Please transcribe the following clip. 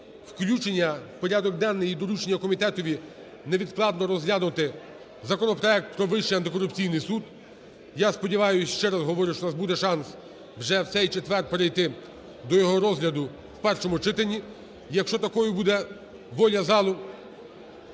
включення в порядок денний і доручення комітетові невідкладно розглянути законопроект про Вищий антикорупційний суд. Я сподіваюся, ще раз говорю, що у нас буде шанс вже в цей четвер перейти до його розгляду в першому читанні, якщо такою буде воля залу.